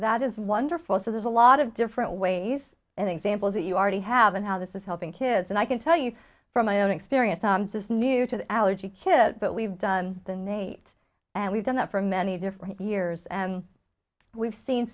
that is wonderful so there's a lot of different ways and examples that you already have and how this is helping kids and i can tell you from my own experience this new to the allergy kid but we've done the nate and we've done that for many different years and we've seen